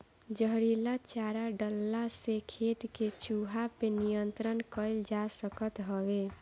जहरीला चारा डलला से खेत के चूहा पे नियंत्रण कईल जा सकत हवे